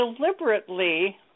deliberately